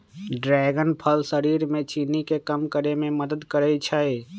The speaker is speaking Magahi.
ड्रैगन फल शरीर में चीनी के कम करे में मदद करई छई